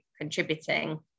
contributing